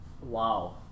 wow